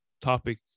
topic